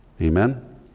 Amen